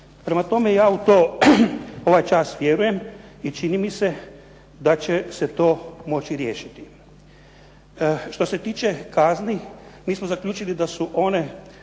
Prema tome, ja u to ovaj čas vjerujem i čini mi se da će se to moći riješiti. Što se tiče kazni mi smo zaključili da su one